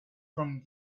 from